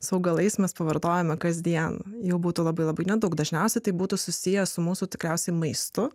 su augalais mes pavartojame kasdien jau būtų labai labai nedaug dažniausiai tai būtų susiję su mūsų tikriausiai maistu